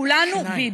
כולנו ביבי.